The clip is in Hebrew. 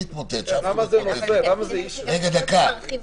זה משאב